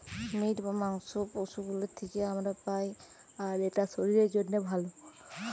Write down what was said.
meet বা মাংস পশু গুলোর থিকে আমরা পাই আর এটা শরীরের জন্যে ভালো